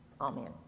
Amen